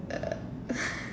uh